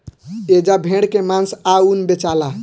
एजा भेड़ के मांस आ ऊन बेचाला